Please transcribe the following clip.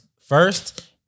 first